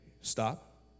stop